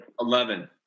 Eleven